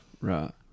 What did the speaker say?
Right